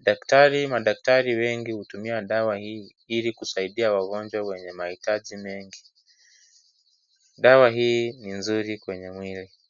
daktari madaktari wengi hutumia dawa hii ili wagonjwa wenye mahitaji mengi, dawa hii ni nzuri kwenye mwili.